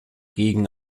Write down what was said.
gegen